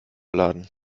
laden